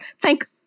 thank